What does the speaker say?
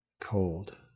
Cold